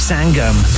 Sangam